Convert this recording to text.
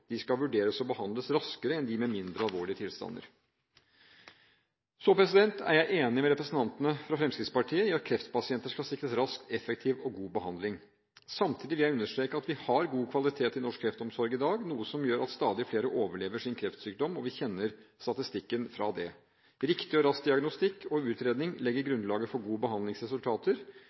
sykdom, skal vurderes og behandles raskere enn dem med mindre alvorlige tilstander. Jeg er enig med representantene fra Fremskrittspartiet i at kreftpasienter skal sikres rask, effektiv og god behandling. Samtidig vil jeg understreke at vi har god kvalitet i norsk kreftomsorg i dag, noe som gjør at stadig flere overlever sin kreftsykdom. Vi kjenner statistikken over det. Riktig og rask diagnostikk og utredning legger grunnlaget for gode behandlingsresultater.